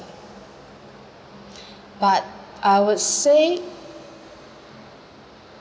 but I would say